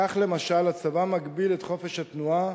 כך, למשל, הצבא מגביל את חופש התנועה,